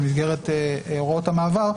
במסגרת הוראות המעבר,